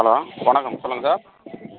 hello வணக்கம் சொல்லுங்கள் sir